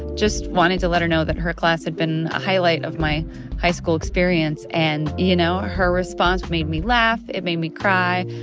just wanted to let her know that her class had been a highlight of my high school experience. and, you know, her response made me laugh. it made me cry.